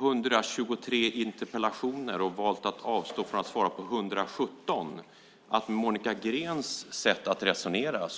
123 interpellationer och valt att avstå från att svara på 117 har en fantastisk lista med Monica Greens sätt att resonera.